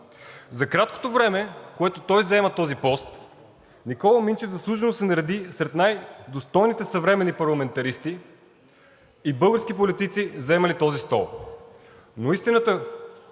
За краткото време, в което той заема този пост, Никола Минчев заслужено се нареди сред най-достойните съвременни парламентаристи и български политици, заемали този стол. Но истината,